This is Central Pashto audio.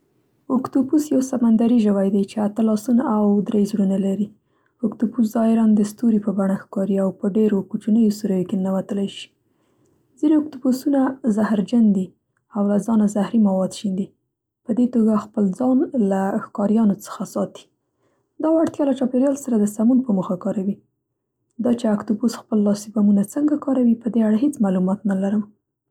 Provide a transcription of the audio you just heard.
اکتوپوس یو سمندري ژوی دی چې اته لاسونه او درې زړونه لري. اکتوپوس ظاهرا د ستوري په بڼه ښکاري او په ډېرو کوچنیو سورویو کې ننوتلی شي. ځینې اکتوپوسونه زهرجن دي او له ځانه زهري مواد شیندي، په دې توګه خپل ځان له ښکاریانو څخه ساتي. دا وړتیا له چاپېریال سره د سمون په موخه کاروي. دا چې اکتوپوس خپل لاسي بمونه څنګه کاروي په دې اړه هېڅ معلومات نه لرم.